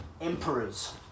emperors